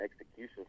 execution